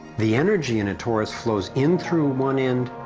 the energy in a torus flows in through one end,